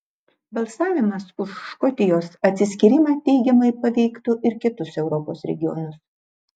balsavimas už škotijos atsiskyrimą teigiamai paveiktų ir kitus europos regionus